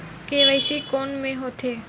KYC कोन में होथे?